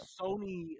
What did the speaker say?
Sony